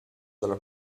dalla